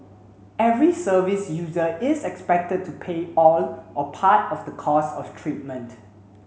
every service user is expected to pay all or part of the costs of treatment